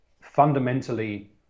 fundamentally